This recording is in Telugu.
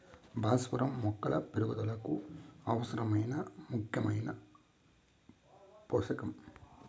భాస్వరం మొక్కల పెరుగుదలకు అవసరమైన ముఖ్యమైన పోషకం